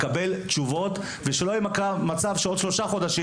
ולקבל תשובות ושלא יהיה מצב שעוד שלושה חודשים